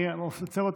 אני עוצר אותך,